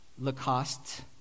Lacoste